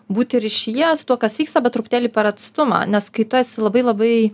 būti ryšyje su tuo kas vyksta bet truputėlį per atstumą nes kai tu esi labai labai